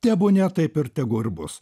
tebūnie taip ir tegu ir bus